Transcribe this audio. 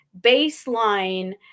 baseline